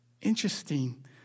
Interesting